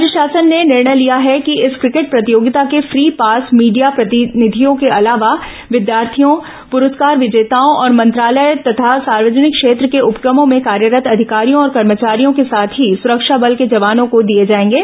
राज्य शासन ने निर्णय लिया है कि इस क्रिकेट प्रतियोगिता के फ्री पास मीडिया प्रतिनिधियों के अलावा विद्यार्थियों पुरस्कार विजेताओं और मंत्रालय तथा सार्वजनिक क्षेत्र के उपक्रमों में कार्यरत् अधिकारियों और कर्मचारियों कर्के साथ ही सुरक्षा बल के जवानों को दिए जाएंगे